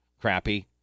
Crappy